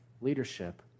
leadership